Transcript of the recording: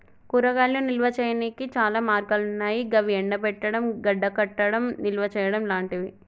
కూరగాయలను నిల్వ చేయనీకి చాలా మార్గాలన్నాయి గవి ఎండబెట్టడం, గడ్డకట్టడం, నిల్వచేయడం లాంటియి